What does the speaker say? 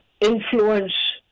influence